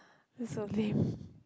this is so lame